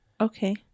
Okay